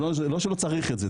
לא שלא צריך את זה,